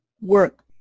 work